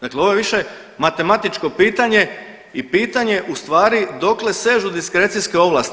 Dakle, ovo je više matematičko pitanje i pitanje ustvari dokle sežu diskrecijske ovlasti.